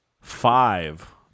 five